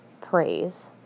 praise